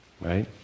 right